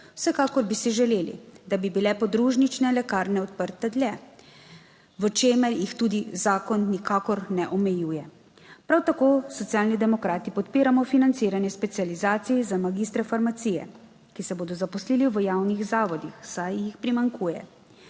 Vsekakor bi si želeli, da bi bile podružnične lekarne odprte dlje, v čemer jih tudi zakon nikakor ne omejuje. Prav tako Socialni demokrati podpiramo financiranje specializacij za magistre farmacije, ki se bodo zaposlili v javnih zavodih, saj jih primanjkuje.